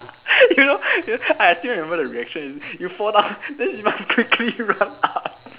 you know you know I still remember the reaction you fall down then I quickly run up